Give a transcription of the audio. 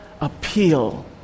appeal